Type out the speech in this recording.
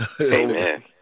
Amen